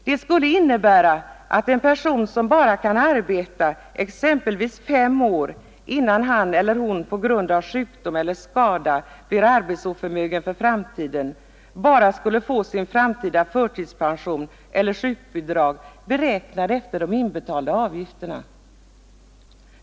Det skulle 7 7. innebära att en person som bara kan arbeta exempelvis fem år innan han eller hon på grund av sjukdom eller skada blir arbetsoförmögen för framtiden bara skulle få sin framtida förtidspension eller sjukbidrag beräknad efter inbetalda avgifter.